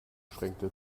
schränkte